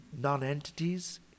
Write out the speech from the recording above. non-entities